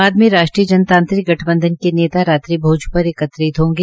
बाद में राष्ट्रीय जनतांत्रिक गठबंधन के नेता रात्रि भोज पर एकत्रित होंगे